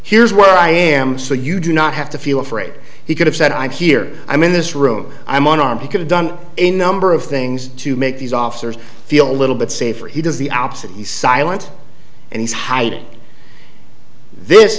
here's where i am so you do not have to feel afraid he could have said i'm here i'm in this room i'm on arm he could have done a number of things to make these officers feel a little bit safer he does the opposite he silent and he's hiding this